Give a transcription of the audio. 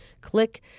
click